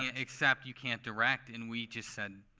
and except you can't direct. and we just said,